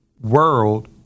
world